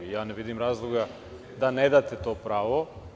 Ja ne vidim razloga da ne date to pravo.